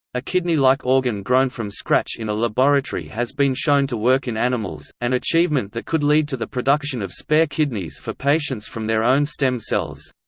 a kidney-like organ grown from scratch in a laboratory has been shown to work in animals an achievement that could lead to the production of spare kidneys for patients from their own stem cells.